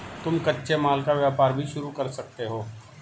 तुम कच्चे माल का व्यापार भी शुरू कर सकते हो